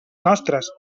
nostres